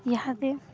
ଇହାଦେ